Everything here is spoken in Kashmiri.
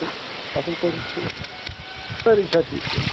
اَصٕل پٲٹھی چھُو سٲری چھا ٹھیٖک پٲٹھۍ